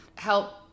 Help